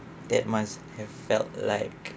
that must have felt like